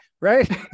Right